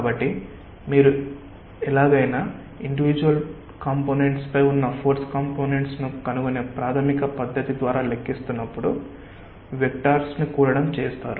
కాబట్టి ఎలాగైనా మీరు ఇండివిజుయల్ ఎలెమెంట్స్ పై ఉన్న ఫోర్స్ కాంపొనెంట్స్ ను కనుగొనే ప్రాథమిక పద్ధతి ద్వారా లెక్కిస్తున్నప్పుడు వెక్టార్స్ ను కూడడం చేస్తారు